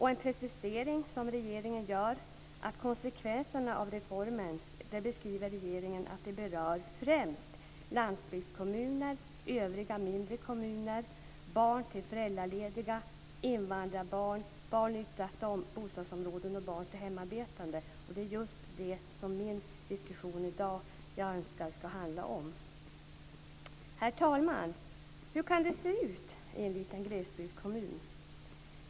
I en precisering som regeringen gör av konsekvenserna av reformen beskriver regeringen att den berör främst landsbygdskommuner, övriga mindre kommuner, barn till föräldralediga, invandrarbarn, barn i utsatta bostadsområden och barn till hemarbetande, och det är just det som jag önskar diskutera i dag. Herr talman! Hur kan det se ut i en liten glesbygdskommun?